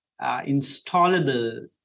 installable